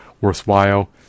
worthwhile